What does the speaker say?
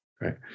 right